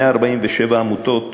שבהן כל 147 העמותות